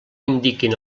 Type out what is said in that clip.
indiquin